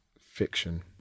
Fiction